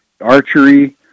archery